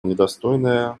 недостойное